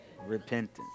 Repentance